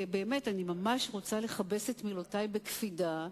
אני ממש רוצה לכבס את מילותי בקפידה,